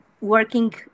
working